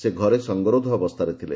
ସେ ଘରେ ସଙ୍ଗରୋଧ ଅବସ୍ଥାରେ ଥିଲେ